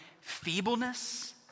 feebleness